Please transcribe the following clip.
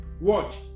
Watch